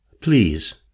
Please